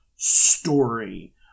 Story